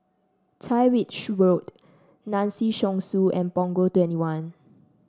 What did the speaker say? Tyrwhitt Road Tan Si Chong Su and Punggol Twenty one